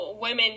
women